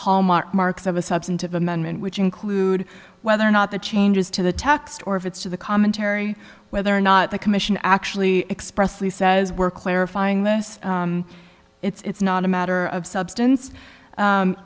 hallmarks of a substantive amendment which include whether or not the changes to the text or if it's to the commentary whether or not the commission actually expressly says we're clarifying this it's not a matter of substance